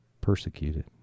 persecuted